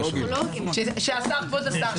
כבוד השר,